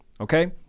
Okay